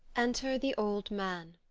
enter the old man.